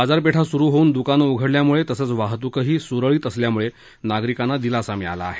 बाजारपेठा सुरु होऊन दुकानं उघडल्यामुळे तसंच वाहतूकही सुरळीत असल्यामुळे नागरिकांना दिलासा मिळाला आहे